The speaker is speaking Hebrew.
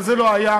אבל זה לא היה.